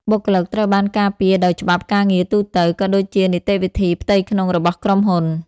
បុគ្គលិកត្រូវបានការពារដោយច្បាប់ការងារទូទៅ ក៏ដូចជានីតិវិធីផ្ទៃក្នុងរបស់ក្រុមហ៊ុន។